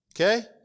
Okay